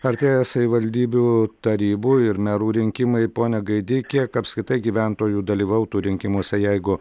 artėja savivaldybių tarybų ir merų rinkimai pone gaidy kiek apskritai gyventojų dalyvautų rinkimuose jeigu